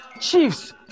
chiefs